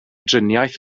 driniaeth